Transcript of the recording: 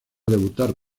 debutar